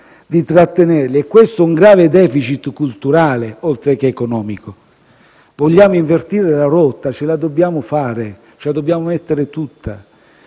nostro Paese e questo è un grave *deficit* culturale, oltre che economico. Vogliamo invertire la rotta, ce la dobbiamo fare, ce la dobbiamo mettere tutta,